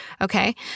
okay